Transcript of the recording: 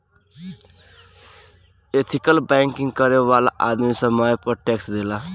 ethical banking करे वाला आदमी समय पर टैक्स देला